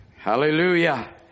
Hallelujah